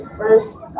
first